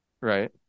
right